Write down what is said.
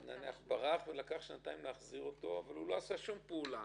אז אם הוא ברח ולקח שנתיים להחזיר אותו אבל הוא לא עשה שום פעולה